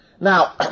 Now